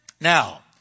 Now